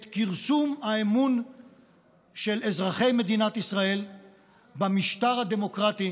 את כרסום האמון של אזרחי מדינת ישראל במשטר הדמוקרטי